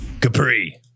Capri